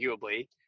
arguably